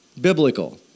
biblical